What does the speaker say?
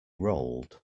rolled